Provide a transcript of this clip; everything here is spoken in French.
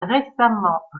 récemment